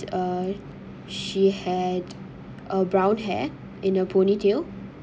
uh she had a brown hair in a ponytail